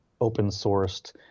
open-sourced